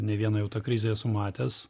ne vieną jau tą krizę esu matęs